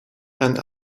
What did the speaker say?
and